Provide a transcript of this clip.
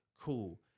cool